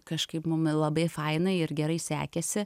kažkaip mum labai fainai ir gerai sekėsi